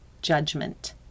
judgment